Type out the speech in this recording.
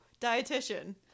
dietitian